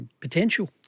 potential